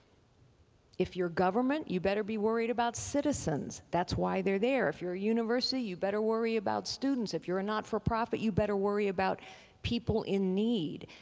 if you're government, you better be worried about citizens, that's why they're there. if you're a university, you better worry about students. if you're a not-for-profit you better worry about people in need.